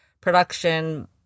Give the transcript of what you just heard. production